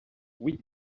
oui